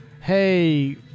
Hey